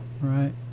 right